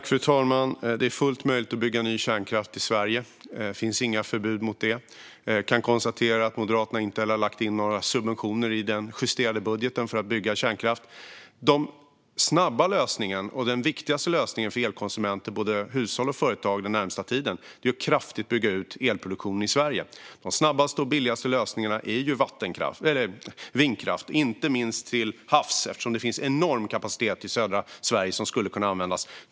Fru talman! Det är fullt möjligt att bygga ny kärnkraft i Sverige. Det finns inga förbud mot det. Vi kan konstatera att Moderaterna inte heller har lagt in några subventioner i den justerade budgeten för att bygga kärnkraft. Den snabba lösningen, och den viktigaste lösningen för elkonsumenter den närmaste tiden, både hushåll och företag, är att kraftigt bygga ut elproduktionen i Sverige. Den snabbaste och billigaste lösningen är vindkraft, inte minst till havs, eftersom det finns enorm kapacitet i södra Sverige som skulle kunna användas.